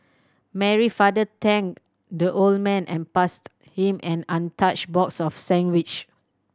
Mary father thanked the old man and passed him an untouched box of sandwich